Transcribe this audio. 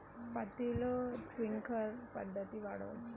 పత్తిలో ట్వింక్లర్ పద్ధతి వాడవచ్చా?